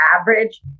average